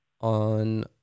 on